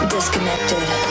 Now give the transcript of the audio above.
Disconnected